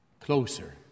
closer